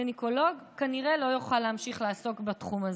גניקולוג כנראה לא יוכל להמשיך לעסוק בתחום הזה.